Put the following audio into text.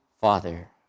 father